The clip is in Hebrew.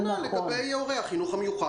כנ"ל גם לגבי הורי החינוך המיוחד.